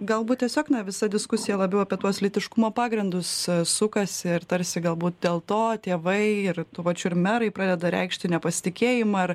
galbūt tiesiog na visa diskusija labiau apie tuos lytiškumo pagrindus sukasi ir tarsi galbūt dėl to tėvai ir tuo pačiu ir merai pradeda reikšti nepasitikėjimą ar